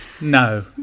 No